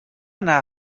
anar